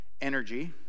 energy